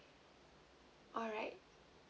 alright